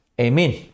Amen